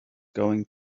going